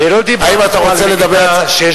אני לא דיברתי על מדינה דו-לשונית.